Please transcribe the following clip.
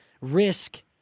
risk